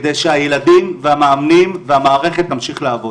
כדי שהילדים, והמאמנים, והמערכת תמשיך לעבוד.